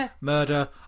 murder